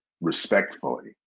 respectfully